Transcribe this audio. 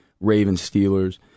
Ravens-Steelers